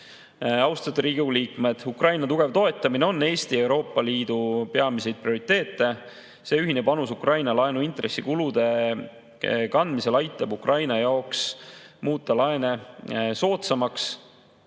Austatud Riigikogu liikmed! Ukraina tugev toetamine on Eesti ja Euroopa Liidu prioriteet. See ühine panus Ukraina laenuintressikulude kandmisel aitab Ukraina jaoks muuta laene soodsamaks,